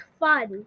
fun